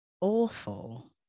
Awful